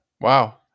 Wow